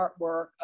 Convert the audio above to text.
artwork